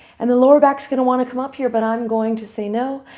and the lower back's going to want to come up here, but i'm going to say no.